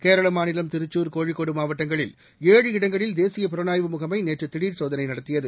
கேரள மாநிலம் திருச்சூர் கோழிக்கோடு மாவட்டங்களில் ஏழு இடங்களில் தேசிய புலனாய்வு முகமை நேற்று திடீர் சோதனை நடத்தியது